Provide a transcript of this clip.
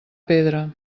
pedra